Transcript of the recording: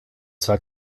zwar